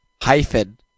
hyphen